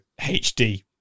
HD